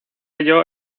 ello